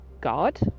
God